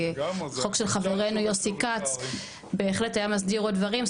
חוק של חברנו יוסי כץ בהחלט היה מסדיר עוד דברים,